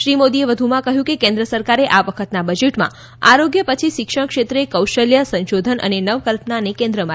શ્રી મોદીએ વધુમાં કહ્યું કે કેન્દ્ર સરકારે આ વખતના બજેટમાં આરોગ્ય પછી શિક્ષણ ક્ષેત્રે કૌશલ્ય સંશોધન અને નવકલ્પનાને કેન્દ્રમાં રાખ્યા છે